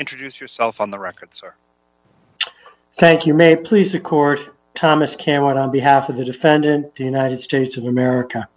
introduce yourself on the records or thank you may please the court thomas cameron on behalf of the defendant the united states of america